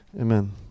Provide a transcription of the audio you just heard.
amen